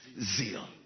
Zeal